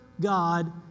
God